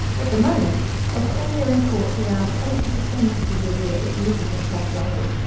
at the moment australia imports around eighty percent of the urea it uses in fertilisers,